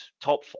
top